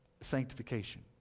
sanctification